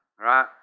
right